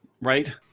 right